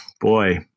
boy